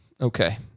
Okay